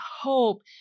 hope